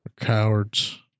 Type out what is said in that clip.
Cowards